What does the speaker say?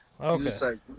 Okay